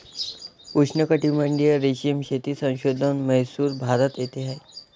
उष्णकटिबंधीय रेशीम शेती संशोधन म्हैसूर, भारत येथे आहे